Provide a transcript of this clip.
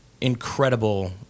incredible